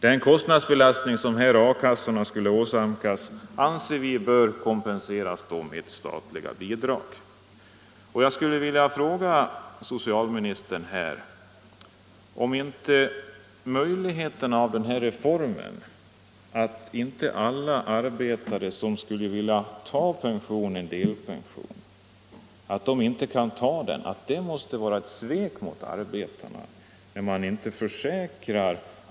Den kostnadsbelastning som A-kassorna härigenom skulle åsamkas anser vi bör kompenseras med statliga bidrag.